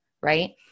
Right